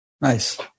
Nice